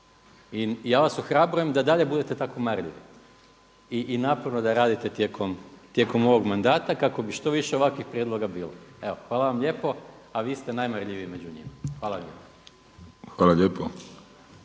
I ja vas ohrabrujem da i dalje budete tako marljivi i naporno da radite tijekom ovog mandata kako bi što više ovakvih prijedloga bilo. Evo hvala vam lijepo, a vi ste najmarljiviji među njima. **Vrdoljak, Ivan (HNS)** Hvala lijepo.